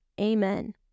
Amen